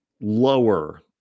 lower